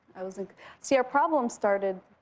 i was in see, our problems started